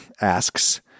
asks